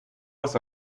was